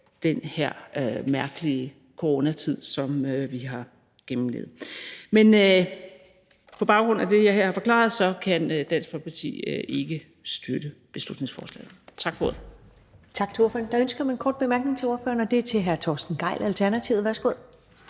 den her mærkelige coronatid, som vi har gennemlevet. Men på baggrund af det, jeg her har forklaret, kan Dansk Folkeparti ikke støtte beslutningsforslaget. Tak for ordet. Kl. 13:01 Første næstformand (Karen Ellemann): Tak til ordføreren. Der er ønske om en kort bemærkning til ordføreren, og det er fra hr. Torsten Gejl, Alternativet. Værsgo.